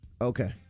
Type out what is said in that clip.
Okay